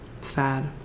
Sad